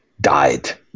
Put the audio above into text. Died